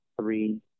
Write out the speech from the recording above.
three